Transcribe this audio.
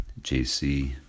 JC